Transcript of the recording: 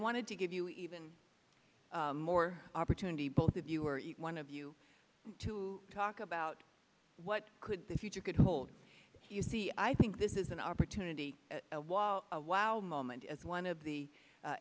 wanted to give you even more opportunity both of you are one of you to talk about what could the future could hold you see i think this is an opportunity while a wow moment as one of the